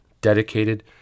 Dedicated